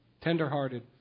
Tenderhearted